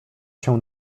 się